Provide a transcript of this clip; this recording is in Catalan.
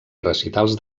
recitals